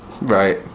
Right